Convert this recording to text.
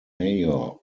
mayor